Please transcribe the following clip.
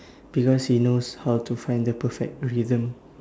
because he knows how to find the perfect rhythm